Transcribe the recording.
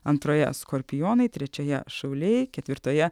antroje skorpionai trečioje šauliai ketvirtoje